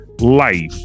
life